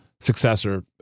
successor